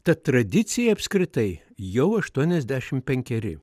ta tradicija apskritai jau aštuoniasdešimt penkeri